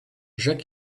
rzekł